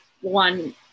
one